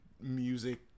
music